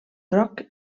groc